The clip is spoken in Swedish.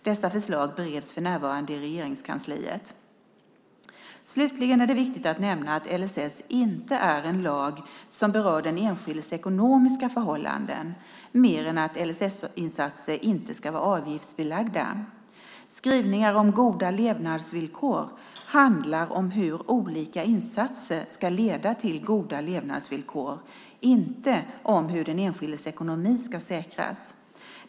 Dessa förslag bereds för närvarande i Regeringskansliet. Slutligen är det viktigt att nämna att LSS inte är en lag som berör den enskildes ekonomiska förhållanden mer än att LSS-insatser inte ska vara avgiftsbelagda. Skrivningar om goda levnadsvillkor handlar om hur olika insatser ska leda till goda levnadsvillkor, inte om hur den enskildes ekonomi ska säkras.